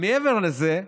מעבר לזה,